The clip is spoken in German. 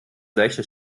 seichte